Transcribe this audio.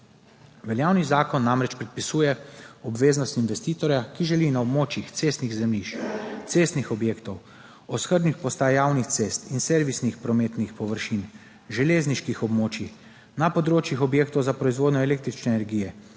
Veljavni zakon namreč predpisuje obveznosti investitorja, ki želi na območjih cestnih zemljišč, cestnih objektov, oskrbnih postaj javnih cest in servisnih prometnih površin, železniških območij, na področjih objektov za proizvodnjo električne energije